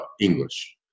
English